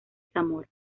zamora